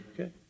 Okay